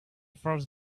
first